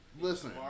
listen